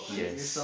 yes